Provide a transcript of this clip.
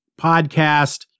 podcast